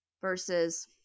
Versus